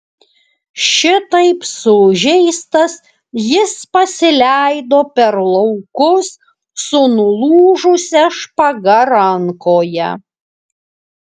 šitaip sužeistas jis pasileido per laukus su nulūžusia špaga rankoje